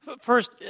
First